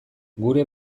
gure